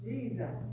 Jesus